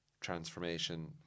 transformation